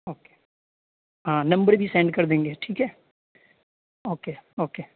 okay ہاں number بھی send کر دیں گے ٹھیک ہے اوکے اوکے